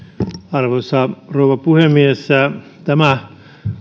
arvoisa rouva puhemies tämä